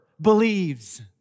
believes